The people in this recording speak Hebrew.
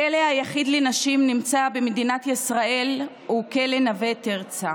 הכלא היחיד לנשים במדינת ישראל הוא כלא נווה תרצה.